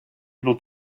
able